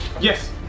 Yes